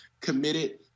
committed